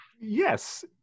Yes